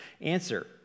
answer